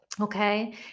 Okay